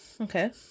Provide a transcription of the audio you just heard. Okay